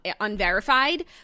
unverified